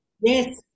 Yes